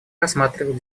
рассматривает